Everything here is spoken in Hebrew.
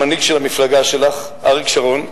המנהיג של המפלגה שלך, אריק שרון,